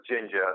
Ginger